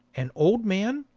an old man,